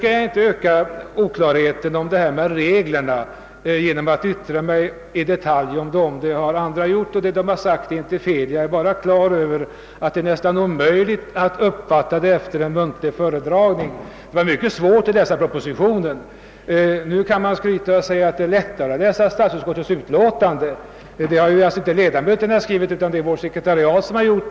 Jag skall inte öka oklarheten om de föreslagna reglerna genom att i detalj yttra mig om dem. Det har andra gjort, och det de har sagt är inte fel. Jag är nämligen på det klara med att det är nästan omöjligt att uppfatta någonting av en muntlig föredragning av dem. Det var mycket svårt att läsa om dem i propositionen. Vi kan ju skryta med att det är lättare att läsa om dem i statsutskottets utlåtande. Det har ju inte ledamöterna skrivit utan det är vårt sekretariat som har gjort det.